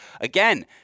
again